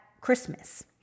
Christmas